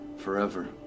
forever